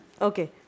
okay